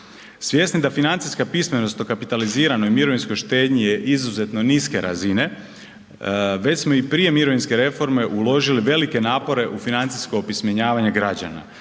Svjesni da financijska pismenost o kapitaliziranoj mirovinskoj štednji je izuzetno niske razine već smo i prije mirovinske reforme uložili velike napore u financijsko opismenjavanje građana,